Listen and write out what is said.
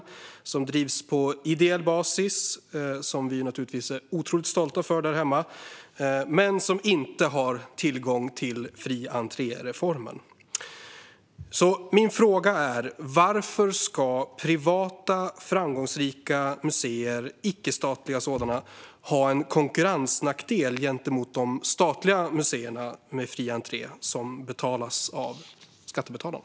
Det är ett museum som drivs på ideell basis och som vi är otroligt stolta över där hemma, men som inte har tillgång till fri-entré-reformen. Min fråga är: Varför ska privata - icke-statliga - framgångsrika museer ha en konkurrensnackdel gentemot de statliga museerna med fri entré, som betalas av skattebetalarna?